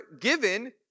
given